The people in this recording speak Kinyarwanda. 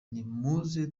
nimuze